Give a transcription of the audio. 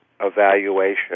evaluation